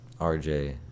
RJ